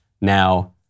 now